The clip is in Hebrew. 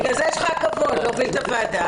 בגלל זה יש לך הכבוד להוביל את הוועדה.